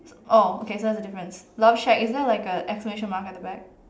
so oh okay so there's a difference love shack is there like a exclamation mark at the back